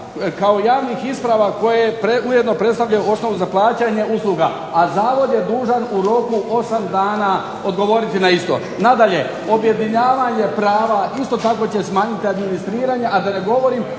kao javnih isprava koje ujedno predstavljaju osnovu za plaćanje usluga, a Zavod je dužan u roku 8 dana odgovoriti na isto. Nadalje, objedinjavanje prava isto tako će smanjiti administriranja a da ne govorim